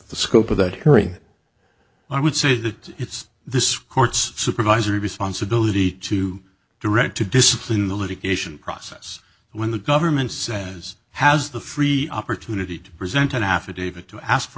the scope of that hearing i would say that it's this court's supervisory responsibility to direct to discipline in the litigation process when the government says has the free opportunity to present an affidavit to ask for